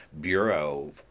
Bureau